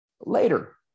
later